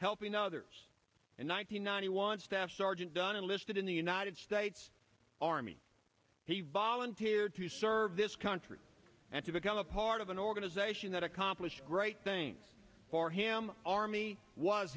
helping others and one hundred ninety one staff sergeant dunn enlisted in the united states army he volunteered to serve this country and to become a part of an organization that accomplished great things for him army was